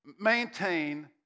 maintain